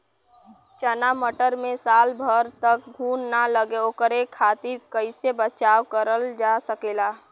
चना मटर मे साल भर तक घून ना लगे ओकरे खातीर कइसे बचाव करल जा सकेला?